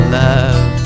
love